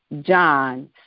John